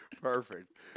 Perfect